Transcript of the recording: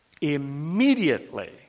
immediately